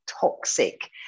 toxic